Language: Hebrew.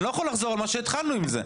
אני לא יכול לחזור על מה שהתחלנו עם זה.